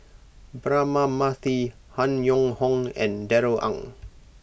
Braema Mathi Han Yong Hong and Darrell Ang